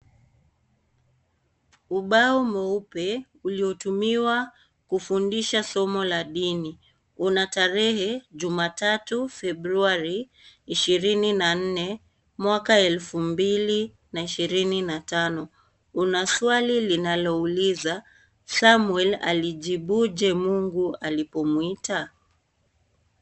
Ubao mweupe uliotumiwa kufundisha somo la dini una tarehe jumatatu, februari ishirini na nne, mwaka elfu mbili na ishirini na tano una swali linalouliza, Samuel alijibuje mungu alipomwita?